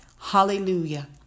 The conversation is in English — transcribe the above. Hallelujah